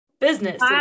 business